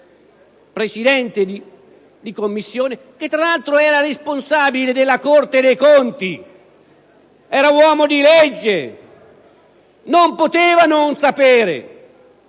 presidente di commissione che, tra l'altro, era responsabile della Corte dei conti, era quindi un uomo di legge e non poteva non sapere.